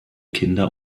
kinder